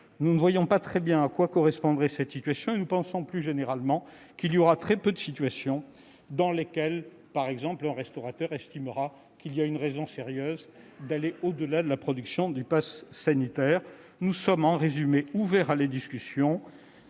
nous ne voyons pas très bien à quoi correspondrait cette situation et, plus généralement, nous pensons qu'il y aura très peu de situations dans lesquelles, par exemple, un restaurateur estimera qu'il y a une raison sérieuse d'aller au-delà de la production du passe sanitaire. En résumé, nous restons ouverts à la discussion,